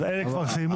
אז, אלה כבר סיימו.